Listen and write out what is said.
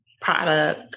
product